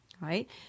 right